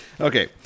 okay